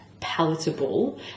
palatable